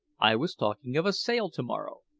i was talking of a sail to-morrow.